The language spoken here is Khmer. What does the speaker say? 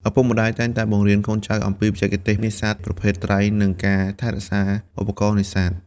ឪពុកម្តាយតែងតែបង្រៀនកូនចៅអំពីបច្ចេកទេសនេសាទ ប្រភេទត្រី និងការថែរក្សាឧបករណ៍នេសាទ។